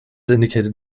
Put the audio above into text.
indicated